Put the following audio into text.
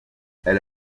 elle